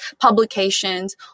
publications